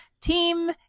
Team